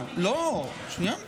לו 80 שנים),